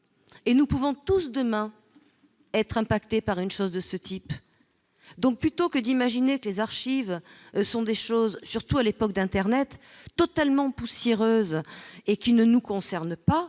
et nous pouvons tous demain être impacté par une chose de ce type, donc plutôt que d'imaginer que les archives, ce sont des choses, surtout à l'époque d'internet totalement poussiéreuse et qui ne nous concerne pas,